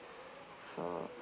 so